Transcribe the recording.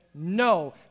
No